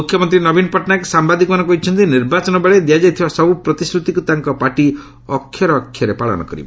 ମୁଖ୍ୟମନ୍ତ୍ରୀ ନବୀନ ପଟ୍ଟନାୟକ ସାମ୍ଭାଦିକମାନଙ୍କୁ କହିଛନ୍ତି ନିର୍ବାଚନ ବେଳେ ଦିଆଯାଇଥିବା ସବୁ ପ୍ରତିଶ୍ରୁତିକୁ ତାଙ୍କ ପାର୍ଟି ପୂର୍ବଣ କରିବ